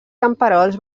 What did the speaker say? camperols